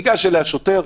ניגש אליה שוטר,